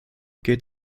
geht